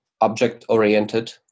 object-oriented